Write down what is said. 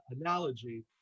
analogy